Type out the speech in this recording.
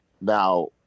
Now